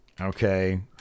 Okay